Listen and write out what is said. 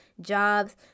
jobs